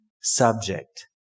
subject